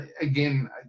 again